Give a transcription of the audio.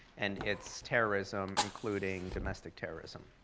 and it's terrorism including domestic terrorism.